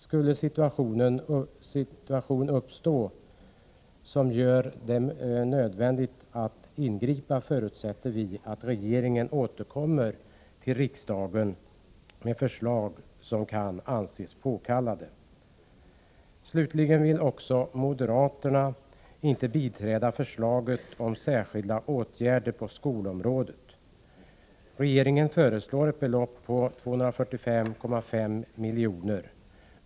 Skulle en situation uppstå som gör det nödvändigt att ingripa, förutsätter vi att regeringen återkommer till riksdagen med förslag. Slutligen vill moderaterna inte biträda förslaget om ”särskilda åtgärder på skolområdet”. Regeringen föreslår ett belopp av 245,5 miljoner.